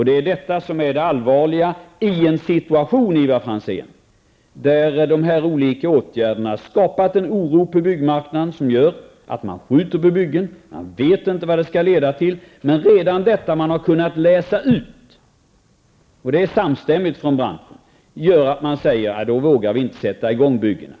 Det är detta som är det allvarliga i en situation, Ivar Franzén, där de här olika åtgärderna skapat en oro på byggmarknaden som gör att man skjuter på byggen. Man vet inte vad det hela skall leda till, men redan det som man kunnat läsa ut -- och det är samstämmigt för branschen -- gör att man säger: Då vågar vi inte sätta i gång byggena.